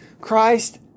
Christ